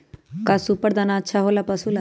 का सुपर दाना अच्छा हो ला पशु ला?